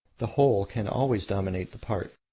the whole can always dominate the part.